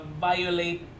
violate